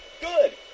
Good